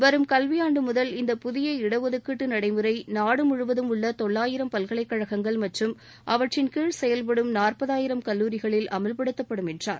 வரும் கல்வியாண்டு முதல் இந்த புதிய இடஒதுக்கீட்டு நடைமுறை நாடு முழுவதும் உள்ள தொள்ளாயிரம் பல்கலைக்கழகங்கள் மற்றும் அவற்றின்கீழ் செயல்படும் நாற்பதாயிரம் கல்லாரிகளில் அமல்படுத்தப்படும் என்றார்